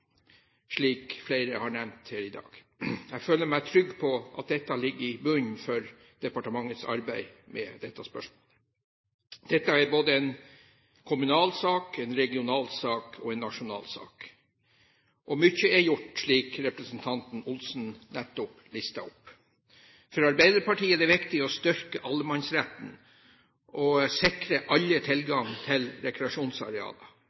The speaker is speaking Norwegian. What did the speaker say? slik flere har nevnt her i dag. Jeg føler meg trygg på at dette ligger i bunnen for departementets arbeid med dette spørsmålet. Dette er både en kommunal, regional og nasjonal sak. Mye er gjort, slik representanten Knut Magnus Olsen nettopp listet opp. For Arbeiderpartiet er det viktig å styrke allemannsretten og å sikre alle